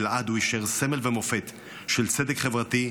ולעד הוא יישאר סמל ומופת של צדק חברתי,